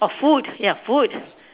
or food ya food